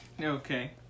Okay